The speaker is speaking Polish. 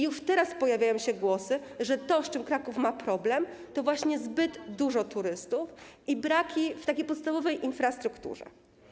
Już teraz pojawiają się głosy, że to, z czym Kraków ma problem, to właśnie zbyt dużo turystów i braki w podstawowej infrastrukturze.